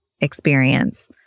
experience